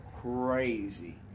crazy